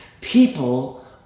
People